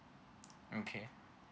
okay